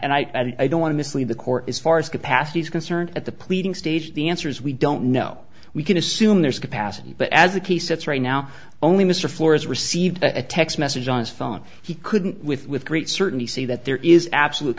and i don't want to mislead the court as far as capacity is concerned at the pleading stage the answer is we don't know we can assume there's capacity but as a key sense right now only mr flores received a text message on his phone he couldn't with with great certainty say that there is absolutely